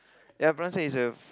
ya blinds is a